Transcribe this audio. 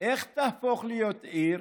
איך יהפוך להיות עיר?